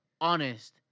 honest